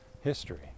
history